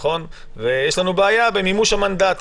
ויש לנו בעיה במימוש המנדט,